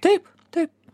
taip taip